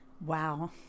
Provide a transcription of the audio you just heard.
wow